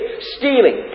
stealing